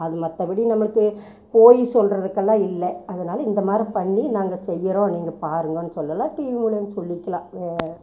அது மற்றபடி நமக்கு போய் சொல்கிறதுக்கெல்லாம் இல்லை அதனால் இந்தமாதிரி பண்ணி நாங்க செய்கிறோம் நீங்கள் பாருங்கன் சொல்லலாம் டிவி மூலியம் சொல்லிக்கலாம்